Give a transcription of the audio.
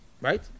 right